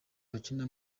bakina